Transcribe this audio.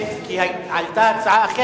אדוני היושב-ראש, יש ועדה משותפת